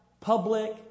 public